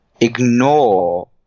ignore